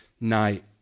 night